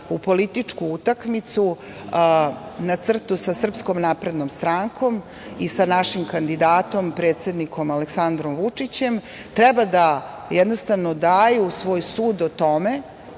u političku utakmicu na crtu sa Srpskom naprednom strankom i sa našim kandidatom predsednikom Aleksandrom Vučićem treba da jednostavno daju svoj sud o tome,